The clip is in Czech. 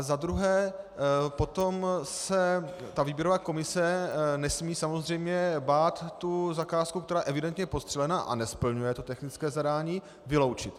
Za druhé, potom se výběrová komise nesmí samozřejmě bát tu zakázku, která je evidentně podstřelená a nesplňuje to technické zadání, vyloučit.